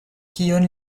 kion